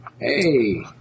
Hey